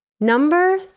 Number